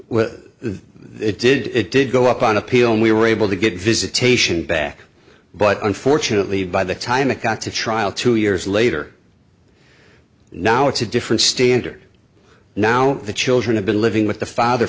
it did it did go up on appeal and we were able to get visitation back but unfortunately by the time it got to trial two years later now it's a different standard now the children have been living with the father